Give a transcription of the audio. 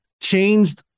changed